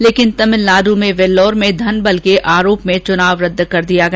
लेकिन तमिलनाडु में वेल्लोर में धन बल के आरोप में चुनाव रद्द कर दिया गया